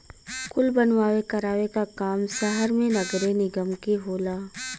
कुल बनवावे करावे क काम सहर मे नगरे निगम के होला